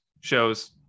shows